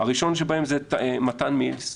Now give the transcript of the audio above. והראשון שבהם הוא מתן מילס,